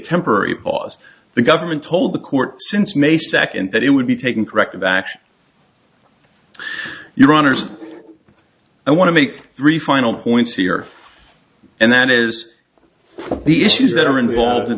temporary because the government told the court since may second that it would be taking corrective action your honors i want to make three final points here and that is the issues that are involved and